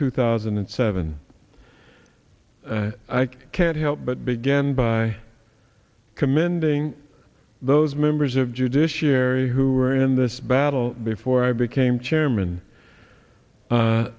two thousand and seven i can't help but begin by commending those members of judiciary who were in this battle before i became chairman